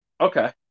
Okay